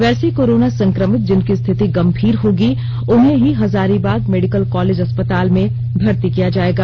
वैसे कोरोना संक्रमित जिनकी स्थिति गंभीर होगी उन्हें ही हजारीबाग मेडिकल कॉलेज अस्पताल में भर्ती किया जाएगा